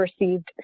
received